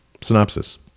Synopsis